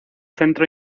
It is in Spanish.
centro